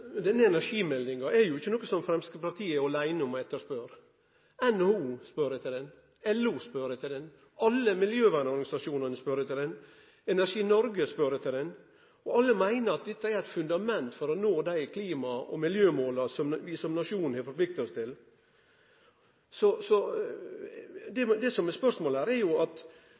Denne energimeldinga er jo ikkje noko som Framstegspartiet er åleine om å etterspørje. NHO spør etter ho, LO spør etter ho. Alle miljøvernorganisasjonane spør etter ho. Energi Norge spør etter ho, og alle meiner at dette er eit fundament for å nå dei klima- og miljømåla som vi som nasjon har forplikta oss